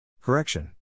Correction